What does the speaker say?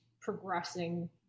progressing